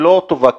לא טובה תפעולית.